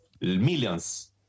millions